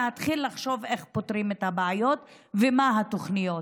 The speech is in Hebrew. ההתחלה לחשוב איך פותרים את הבעיות ומה התוכניות.